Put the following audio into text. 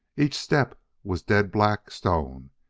each step was dead-black stone,